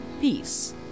Peace